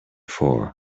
for